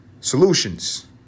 solutions